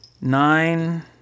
nine